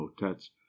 motets